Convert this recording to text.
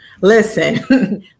Listen